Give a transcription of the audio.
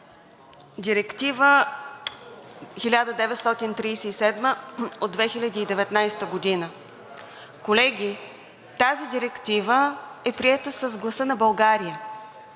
Директива 1937/2019. Колеги, тази директива е приета с гласа на България.